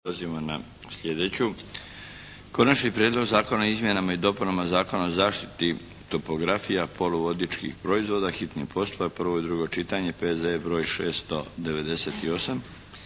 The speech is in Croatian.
Prelazimo na sljedeću: - Konačni prijedlog zakona o izmjenama i dopunama Zakona o zaštiti topografija poluvodičkih proizvoda, hitni postupak, prvo i drugo čitanje P.Z.E. br. 698